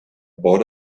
board